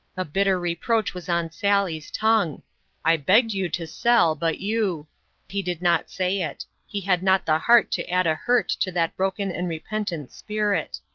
a bitter reproach was on sally's tongue i begged you to sell, but you he did not say it he had not the heart to add a hurt to that broken and repentant spirit.